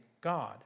God